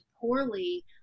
poorly